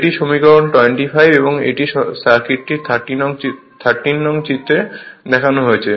এটি সমীকরণ 25 এবং এর সার্কিটটি 13 নং চিত্রে দেখানো হয়েছে